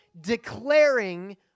declaring